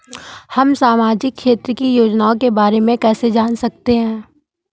हम सामाजिक क्षेत्र की योजनाओं के बारे में कैसे जान सकते हैं?